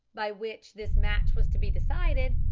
by which this match was to be decided,